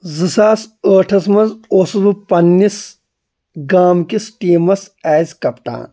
زٕ ساس ٲٹھَس منٛز اوسُس بہٕ پنٛنِس گامکِس ٹیٖمَس ایز کیٚپٹن